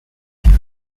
him